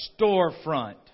storefront